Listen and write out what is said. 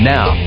Now